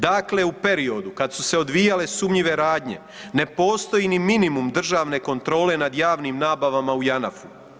Dakle, u periodu kad su se odvijale sumnjive radnje ne postoji ni minimum državne kontrole nad javnim nabavama u Janafu.